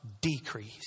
decrease